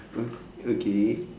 o~ okay